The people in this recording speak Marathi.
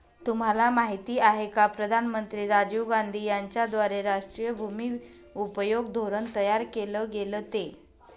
तुम्हाला माहिती आहे का प्रधानमंत्री राजीव गांधी यांच्याद्वारे राष्ट्रीय भूमि उपयोग धोरण तयार केल गेलं ते?